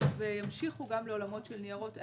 וימשיכו גם לעולמות של ניירות ערך,